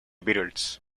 beatles